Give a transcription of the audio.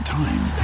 time